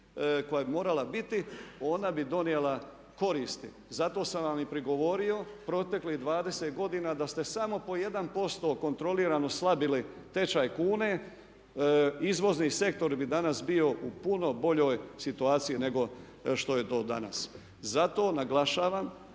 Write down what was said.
koja je morala biti ona bi donijela koristi. Zato sam vam i prigovorio proteklih 20 godina da ste samo po jedan posto kontrolirano slabili tečaj kune izvozni sektor bi danas bio u puno boljoj situaciji nego što je to danas. Zato naglašavam